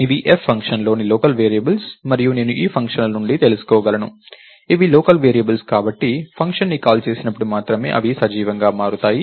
ఇవి f ఫంక్షన్లోని local variables మరియు నేను ఈ ఫంక్షన్ల నుండి తెలుసుకోగలను ఇవి లోకల్ వేరియబుల్స్ కాబట్టి ఫంక్షన్ కాల్ చేసినప్పుడు మాత్రమే అవి సజీవంగా మారతాయి